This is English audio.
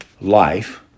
Life